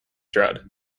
dread